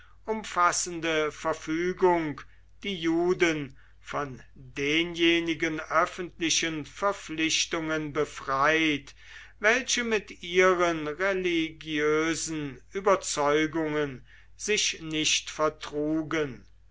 umfassende verfügung die juden von denjenigen öffentlichen verpflichtungen befreit welche mit ihren religiösen überzeugungen sich nicht vertrugen